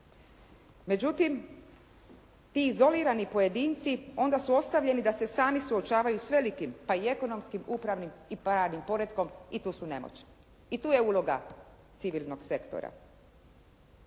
Međutim, ti izolirani pojedinci, onda su ostavljeni da se sami suočavaju s velikim pa i ekonomskim, upravnim i pravnim poretkom i tu su nemoćni. I tu je uloga civilnog sektora.